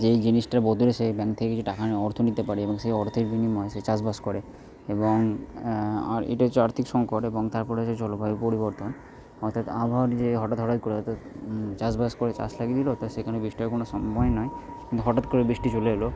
যেই জিনিসটার বদলে সে ব্যাংক থেকে কিছু টাকা অর্থ নিতে পারে এবং সেই অর্থের বিনিময়ে সে চাষবাস করে এবং আর এটা হচ্ছে আর্থিক সংকট এবং তার পরে হচ্ছে জলবায়ুর পরিবর্তন অর্থাৎ আবহাওয়ার যে হঠাৎ হঠাৎ করে অর্থাৎ চাষবাস করে চাষ লাগিয়ে দিল তা সেখানে বৃষ্টি হবার কোনো সম্ভাবনাই নেই হঠাৎ করে বৃষ্টি চলে এল